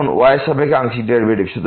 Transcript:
এখন y এর সাপেক্ষে আংশিক ডেরিভেটিভ